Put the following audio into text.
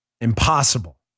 Impossible